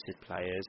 players